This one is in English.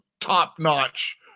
top-notch